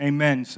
Amen